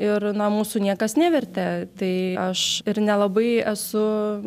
ir na mūsų niekas nevertė tai aš ir nelabai esu